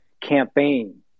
campaign